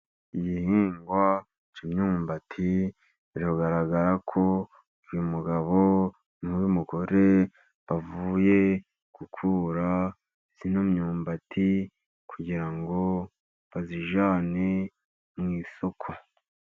Igihingwa k’imyumbati biragaragara ko uyu mugabo n‘uyu mugore bavuye gukura ino myumbati kugira ngo bayijyane mu isoko.